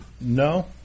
no